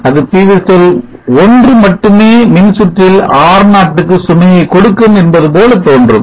அது PV cell 1 மட்டுமே மின்சுற்றில் R0 க்கு சுமையை கொடுக்கும் என்பதுபோல தோன்றும்